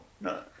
no